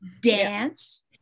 dance